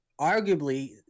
arguably